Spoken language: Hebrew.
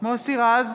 מוסי רז,